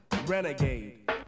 Renegade